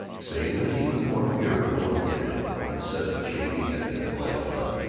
save that he was more irritable under the incessant chaffing at the athletic club,